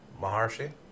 Maharshi